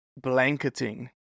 blanketing